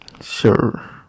Sure